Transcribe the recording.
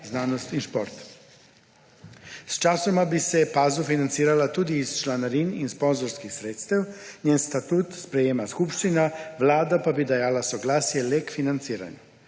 znanost in šport. Sčasoma bi se PAZU financirala tudi iz članarin in sponzorskih sredstev, njen status sprejema skupščina, Vlada pa bi dajala soglasje le k financiranju.